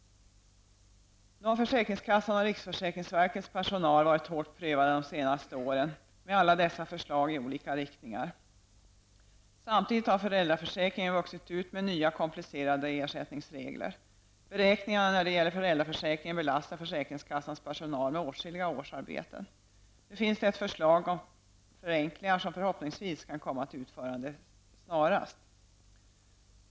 Nog har försäkringskassan och riksförsäkringsverkets personal varit hårt prövade de senaste åren med alla dessa förslag i olika riktningar. Samtidigt har föräldraförsäkringen vuxit ut med nya komplicerade ersättningsregler. Beräkningarna när det gäller föräldraförsäkringen belastar försäkringskassans personal med åtskilliga årsarbeten. Nu finns det ett förslag om förenklingar som förhoppningsvis kan komma till utförande snarast.